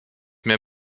mehr